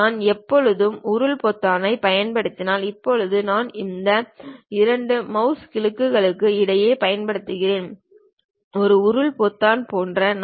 நான் எப்போதும் உருள் பொத்தானைப் பயன்படுத்தலாம் இப்போது நான் இந்த 2 மவுஸ் கிளிக்குகளுக்கு இடையில் பயன்படுத்துகிறேன் ஒரு உருள் பொத்தான் போன்றது